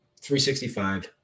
365